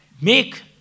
make